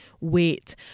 wait